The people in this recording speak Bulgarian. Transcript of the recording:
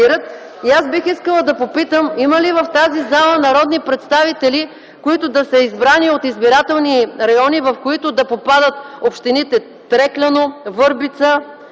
фалират. Искам да попитам: има ли в тази зала народни представители, избрани от избирателни райони, в които попадат общините: Трекляно, Върбица,